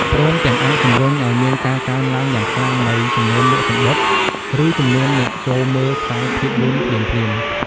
ព្រមទាំងអាចជំរុញឱ្យមានការកើនឡើងយ៉ាងខ្លាំងនូវចំនួនលក់សំបុត្រ ឬចំនួនអ្នកចូលមើលខ្សែភាពយន្តភ្លាមៗ។